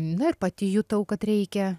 na ir pati jutau kad reikia